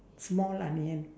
small onion